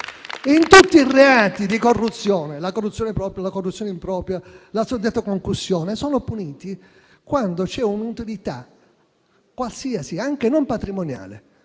tutti i reati di corruzione (la corruzione propria, la corruzione impropria, la suddetta concussione) sono puniti quando c'è un'utilità qualsiasi, anche non patrimoniale.